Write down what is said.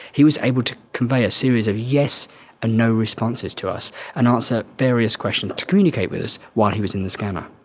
he was able to convey a series of yes and no responses to us and answer various questions to communicate with us while he was in the scanner.